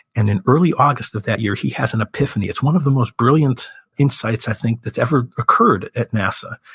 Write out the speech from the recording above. and in early august of that year, he has an epiphany. it's one of the most brilliant insights, i think, that's every occurred at nasa.